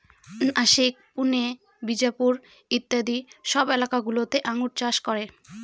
নাসিক, পুনে, বিজাপুর ইত্যাদি সব এলাকা গুলোতে আঙ্গুর চাষ করে